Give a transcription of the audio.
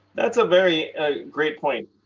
that's a very ah great point,